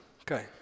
Okay